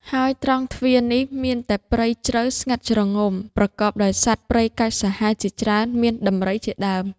ហើយត្រង់ទ្វារភ្នំនេះ មានតែព្រៃជ្រៅស្ងាត់ជ្រងំ ប្រកបដោយសត្វព្រៃកាចសាហាវជាច្រើនមាន ដំរី ជាដើម ។